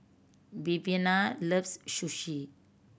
Viviana loves Sushi